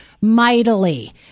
mightily